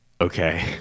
Okay